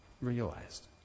realized